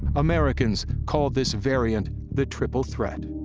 americans called this variant the triple threat.